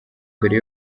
mbere